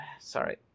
Sorry